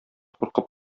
куркып